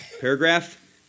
Paragraph